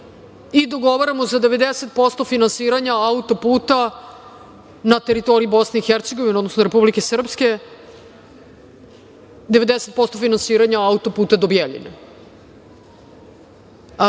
i dogovaramo za 90% finansiranja auto-puta na teritoriji BiH, odnosno Republike Srpske, 90% finansiranja auto-puta do Bijeljine. Tako